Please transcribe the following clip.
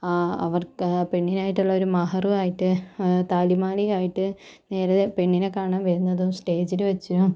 അവർക്ക് പെണ്ണിന് ആയിട്ടുള്ള ഒരു മഹാറുമായിട്ട് താലിമാലയുമായിട്ട് നേരെ പെണ്ണിനെ കാണാൻ വരുന്നതും സ്റ്റേജിൽ വെച്ച്